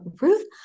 Ruth